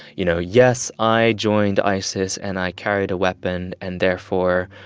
you know, yes, i joined isis. and i carried a weapon. and therefore,